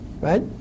right